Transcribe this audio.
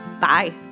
Bye